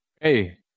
Hey